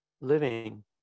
living